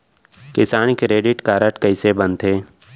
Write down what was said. किसान credit card कइसे बनथे?